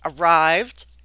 arrived